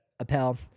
Appel